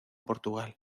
portugal